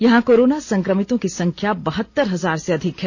यहां कोरोना संक्रमितों की संख्या बहत्तर हजार से अधिक है